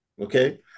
Okay